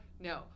No